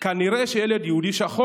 כנראה שילד יהודי שחור